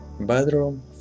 bedroom